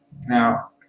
now